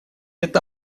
это